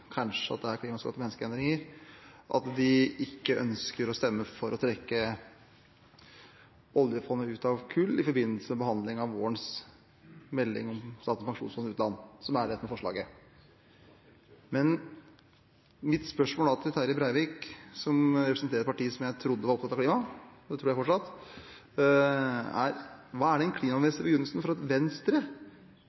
det er menneskeskapte klimaendringer – ikke ønsker å stemme for å trekke oljefondet ut av kull i forbindelse med behandlingen av vårens melding om Statens pensjonsfond utland, som er dette forslaget. Men mitt spørsmål til Terje Breivik, som representerer et parti jeg trodde var opptatt av klima – det tror jeg fortsatt – er: Hva er den